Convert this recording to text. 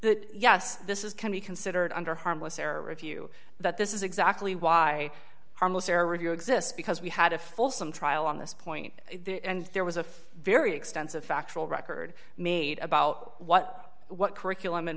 that yes this is can be considered under harmless error review that this is exactly why harmless error review exists because we had a full some trial on this point and there was a very extensive factual record made about what what curriculum and